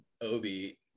Obi